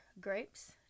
grapes